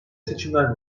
seçimler